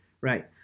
right